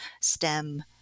STEM